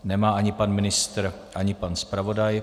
Nemá ani pan ministr, ani pan zpravodaj.